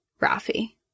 Rafi